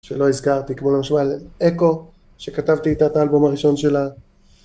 שלא הזכרתי, כמו למשל אקו, שכתבתי איתה את האלבום הראשון שלה.